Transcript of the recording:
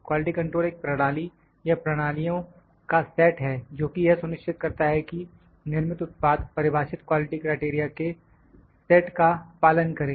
quality control एक प्रणाली या प्रणालियों का सेट है जोकि यह सुनिश्चित करता है कि निर्मित उत्पाद परिभाषित क्वालिटी क्राइटेरिया के सेट का पालन करे